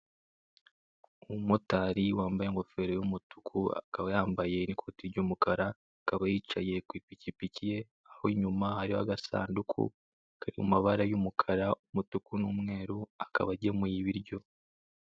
Umumotari wambaye ingofero y'umutuku, akaba yambaye n'ikoti ry'umukara, akaba yicaye ku ipikipiki ye, aho inyuma harimo agasanduku kari mu mabara y'umukara, umutuku, n'umweru, akaba agemuye ibiryo.